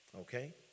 Okay